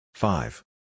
Five